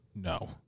No